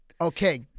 okay